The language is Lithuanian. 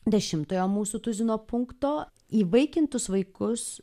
dešimtojo mūsų tuzino punkto įvaikintus vaikus